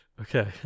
Okay